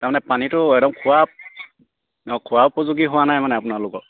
তাৰমানে পানীটো একদম খোৱা অঁ খোৱা উপযোগী হোৱা নাই মানে আপোনালোকৰ